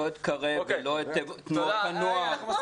לא את קרב ולא את תנועות הנוער.